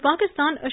Pakistan